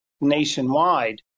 nationwide